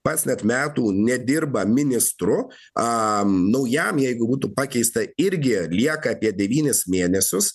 pats net metų nedirba ministru naujam jeigu būtų pakeista irgi lieka apie devynis mėnesius